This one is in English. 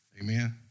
Amen